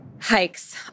hikes